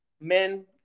Men